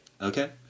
Okay